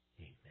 Amen